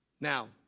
Now